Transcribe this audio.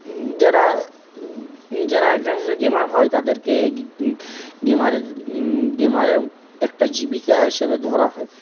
যারা যারা international gamer হয় তাদেরকে গেমার গেমার একটা জীবিকা হিসেবে ধরা হয়